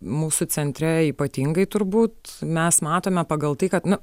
mūsų centre ypatingai turbūt mes matome pagal tai kad nu